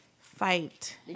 fight